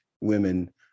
women